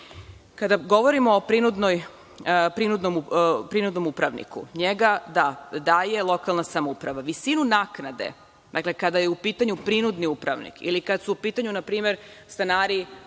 govorimo o prinudnom upravniku. Da, njega daje lokalna samouprava. Visinu naknade, dakle, kada je u pitanju prinudni upravnik ili kad su u pitanju, na primer, stanari koji